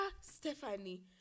Stephanie